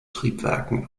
triebwerken